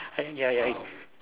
ya ya ya